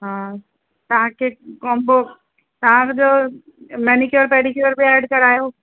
हा तव्हांखे कॉम्बो तव्हांजो मैनीक्योर पैडीक्योर बि एड करायो